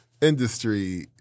Industry